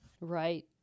Right